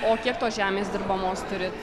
o kiek tos žemės dirbamos turit